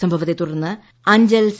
സംഭവത്തെ തുടർന്ന് അഞ്ചൽ സി